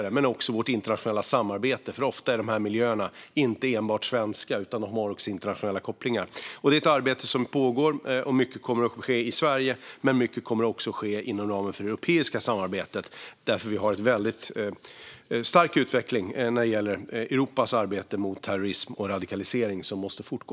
Det handlar dock också om vårt internationella samarbete - ofta är dessa miljöer inte enbart svenska utan har också internationella kopplingar. Detta är ett arbete som pågår. Mycket kommer att ske i Sverige, men mycket kommer också att ske inom ramen för det europeiska samarbetet. Vi har en väldigt stark utveckling när det gäller Europas arbete mot terrorism och radikalisering, och denna måste fortgå.